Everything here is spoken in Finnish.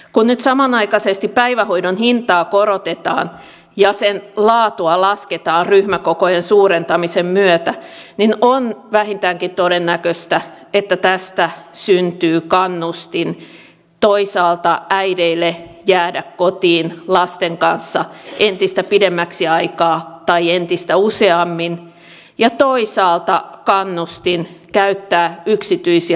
kun nyt samanaikaisesti päivähoidon hintaa korotetaan ja sen laatua lasketaan ryhmäkokojen suurentamisen myötä niin on vähintäänkin todennäköistä että tästä syntyy kannustin toisaalta äideille jäädä kotiin lasten kanssa entistä pidemmäksi aikaa tai entistä useammin ja toisaalta kannustin käyttää yksityisiä päivähoitopalveluita